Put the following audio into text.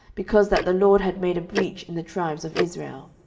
because that the lord had made a breach in the tribes of israel.